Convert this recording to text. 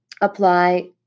apply